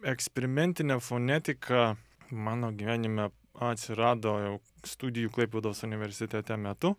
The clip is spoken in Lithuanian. eksperimentinė fonetika mano gyvenime atsirado jau studijų klaipėdos universitete metu